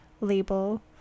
label